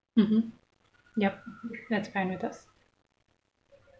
mmhmm yup that's fine with us